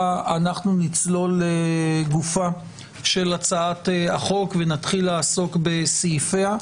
נצלול לגופה של הצעת החוק ונעסוק בסעיפיה.